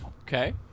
okay